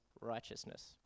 righteousness